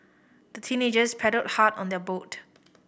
the teenagers paddled hard on their boat